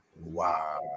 Wow